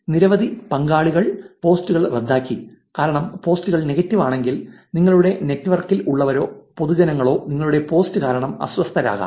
നിരവധി പങ്കാളികൾ പോസ്റ്റുകൾ റദ്ദാക്കി കാരണം പോസ്റ്റുകൾ നെഗറ്റീവ് ആണെങ്കിൽ നിങ്ങളുടെ നെറ്റ്വർക്കിൽ ഉള്ളവരോ പൊതുജനങ്ങളോ നിങ്ങളുടെ പോസ്റ്റ് കാരണം അസ്വസ്ഥരാകാം